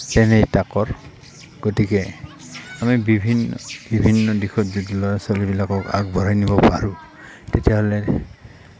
তেনেই তাকৰ গতিকে আমি বিভিন্ন বিভিন্ন দিশত যদি ল'ৰা ছোৱালীবিলাকক আগবঢ়াই নিব পাৰোঁ তেতিয়াহ'লে